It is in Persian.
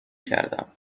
کردم